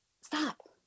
Stop